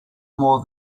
more